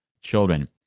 children